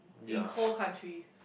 in cold countries